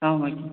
ஆ okay